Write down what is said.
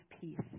peace